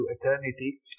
eternity